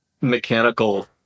mechanical